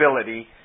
ability